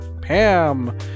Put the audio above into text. Pam